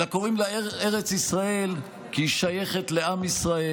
אלא קוראים לה ארץ ישראל כי היא שייכת לעם ישראל.